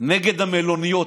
נגד המלוניות.